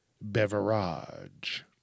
Beverage